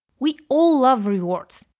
we all love rewards.